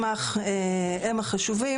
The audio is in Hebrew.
במסמך הם החשובים.